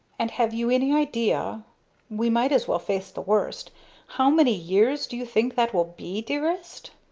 and have you any idea we might as well face the worst how many years do you think that will be, dearest?